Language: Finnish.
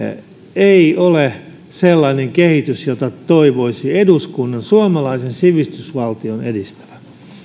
ei tämä ole sellainen kehitys jota toivoisi eduskunnan suomalaisen sivistysvaltion edistävän